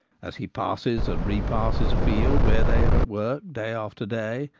as he passes and re passes a field where they are at work day after day,